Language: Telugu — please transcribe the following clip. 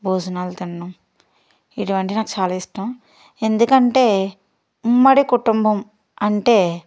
భోజనాలు తినడం ఇటువంటి నాకు చాలా ఇష్టం ఎందుకంటే ఉమ్మడి కుటుంబం అంటే